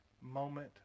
moment